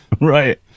right